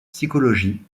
psychologie